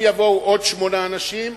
אם יבואו עוד שמונה אנשים,